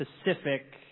specific